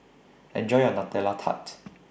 Enjoy your Nutella Tart